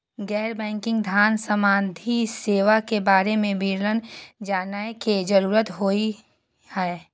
गैर बैंकिंग धान सम्बन्धी सेवा के बारे में विवरण जानय के जरुरत होय हय?